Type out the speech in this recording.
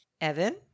Evan